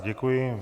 Děkuji.